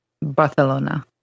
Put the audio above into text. barcelona